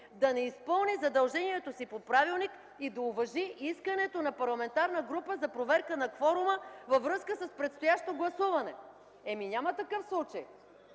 да не изпълни задължението си по правилник и да уважи искането на парламентарна група за проверка на кворума във връзка с предстоящо гласуване! Няма такъв случай.